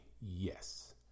yes